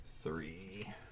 three